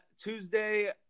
Tuesday